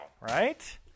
Right